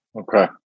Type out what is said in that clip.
Okay